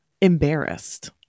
embarrassed